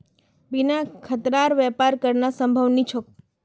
बिना खतरार व्यापार करना संभव नी छोक